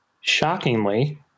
Shockingly